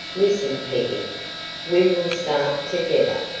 listen, peggy we will start together,